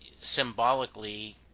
symbolically